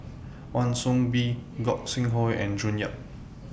Wan Soon Bee Gog Sing Hooi and June Yap